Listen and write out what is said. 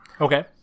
Okay